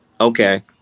Okay